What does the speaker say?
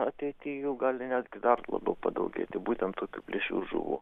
ateity jų gali netgi dar labiau padaugėti būtent tokių plėšrių žuvų